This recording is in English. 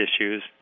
issues